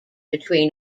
between